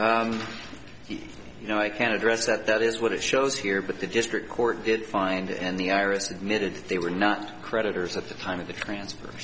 the you know i can address that that is what it shows here but the district court it fined and the iris admitted they were not creditors at the time of the transfer